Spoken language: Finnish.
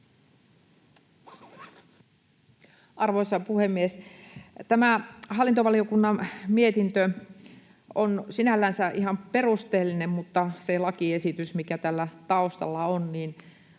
Arvoisa puhemies! Tämä hallintovaliokunnan mietintö on sinällään ihan perusteellinen, mutta se lakiesitys, mikä tällä taustalla on, on